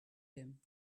him